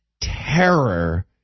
terror